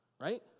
Right